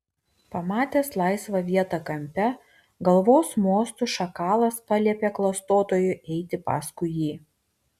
pamatęs laisvą vietą kampe galvos mostu šakalas paliepė klastotojui eiti paskui jį